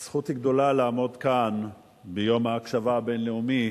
זכות גדולה לעמוד כאן ביום ההקשבה הבין-לאומי,